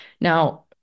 Now